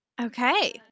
Okay